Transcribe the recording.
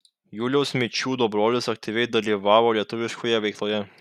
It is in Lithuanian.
juliaus mičiūdo brolis aktyviai dalyvavo lietuviškoje veikloje